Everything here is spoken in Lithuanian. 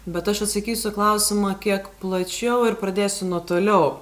bet aš atsakysiu klausimą kiek plačiau ir pradėsiu nuo toliau